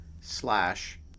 slash